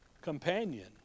Companion